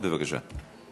בבקשה.